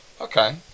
okay